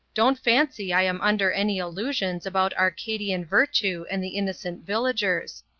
don't fancy i'm under any illusions about arcadian virtue and the innocent villagers.